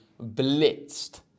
blitzed